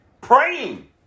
praying